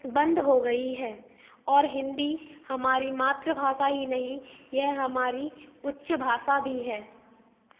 बंद हो गई है और हिन्दी हमारी मातृभाषा ही नहीं ये हमारी उच्च भाषा भी है